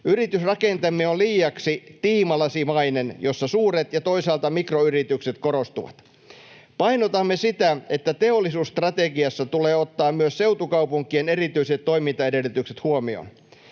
Yritysrakenteemme on liiaksi tiimalasimainen, jossa suuret ja toisaalta mikroyritykset korostuvat. Painotamme sitä, että teollisuusstrategiassa tulee ottaa myös seutukaupunkien erityiset toimintaedellytykset huomioon.